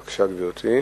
בבקשה, גברתי.